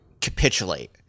capitulate